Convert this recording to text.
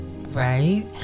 right